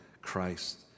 Christ